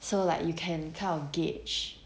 so like you can kind of gauge